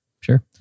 sure